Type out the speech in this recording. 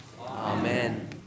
amen